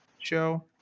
show